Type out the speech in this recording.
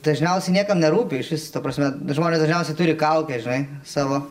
dažniausiai niekam nerūpi išvis ta prasme žmonės dažniausiai turi kaukes žinai savo